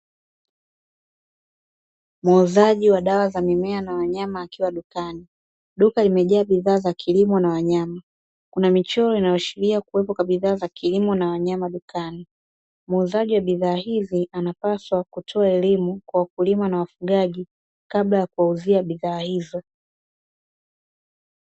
Muuzaji wa dawa za mimea na wanyama akiwa dukani. Duka limejaa bidhaa za kilimo na wanyama. Kuna michoro inayoashiria kuwepo kwa bidhaa za kilimo na wanyama dukani. Muuzaji wa bidhaa hizi, anapaswa kutoa elimu, kwa wakulima na wafugaji kabla ya kuwauzia bidhaa hizo.